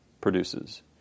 produces